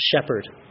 shepherd